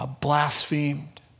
blasphemed